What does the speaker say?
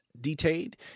detained